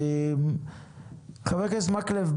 חה"כ מקלב,